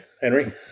Henry